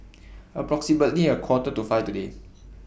approximately A Quarter to five today